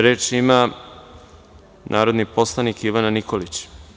Reč ima narodni poslanik Ivana Nikolić.